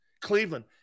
Cleveland